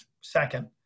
second